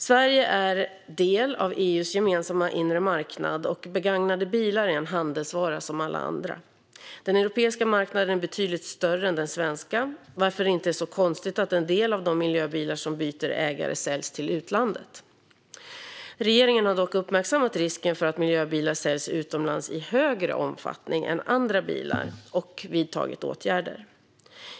Sverige är del av EU:s gemensamma inre marknad, och begagnade bilar är en handelsvara som alla andra. Den europeiska marknaden är betydligt större än den svenska varför det inte är så konstigt att en del av de miljöbilar som byter ägare säljs till utlandet. Regeringen har dock uppmärksammat risken för att miljöbilar säljs utomlands i högre omfattning än andra bilar och vidtagit åtgärder.